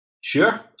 Sure